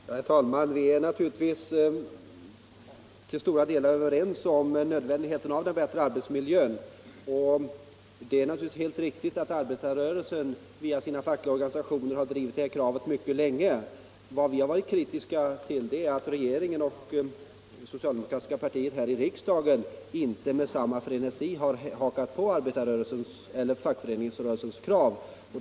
Herr talman! Vi är naturligtvis till stora delar överens om nödvändigheten av att få en bättre arbetsmiljö. Det är helt riktigt att arbetarrörelsen via sina fackliga organisationer har drivit det kravet mycket länge. Vad vi har varit kritiska mot är att regeringen och det socialdemokratiska partiets representanter här i riksdagen inte med samma frenesi har hakat på fackföreningsrörelsens krav.